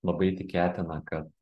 labai tikėtina kad